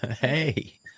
hey